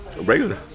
Regular